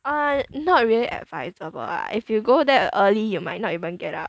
uh not really advisable ah if you go there early you might not even get up